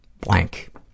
blank